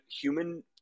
human